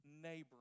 neighboring